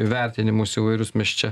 vertinimus įvairūs mes čia